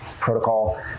protocol